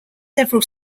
several